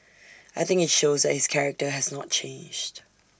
I think IT shows that his character has not changed